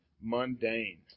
mundane